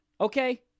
Okay